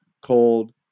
cold